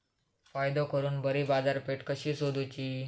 फायदो करून बरी बाजारपेठ कशी सोदुची?